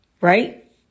right